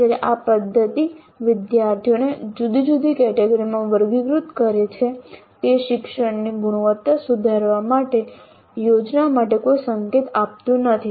જ્યારે આ પદ્ધતિ વિદ્યાર્થીઓને જુદી જુદી કેટેગરીમાં વર્ગીકૃત કરે છે તે શિક્ષણની ગુણવત્તા સુધારવા માટે યોજના માટે કોઈ સંકેત આપતું નથી